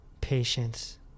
patience